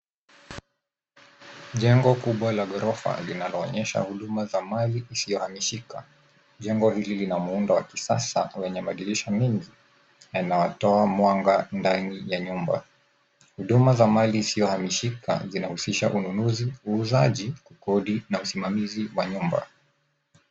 Jengo kubwa la ghorofa linaloonyesha huduma za mali isiyohamishika. Jengo hili lina muundo wa kisasa wenye madirisha mingi na linalotoa mwanga ndani ya nyumba. Huduma za mali isiyohamishika zinahusisha ununuzi, uuzaji, kukodi na usimamizi wa nyumba.